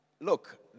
look